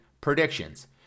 predictions